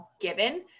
given